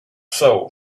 soul